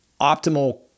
optimal